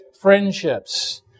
friendships